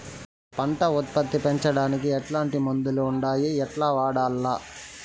పంట ఉత్పత్తి పెంచడానికి ఎట్లాంటి మందులు ఉండాయి ఎట్లా వాడల్ల?